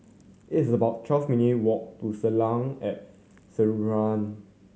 it's about twelve minute' walk to Soleil at Sinaran